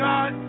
God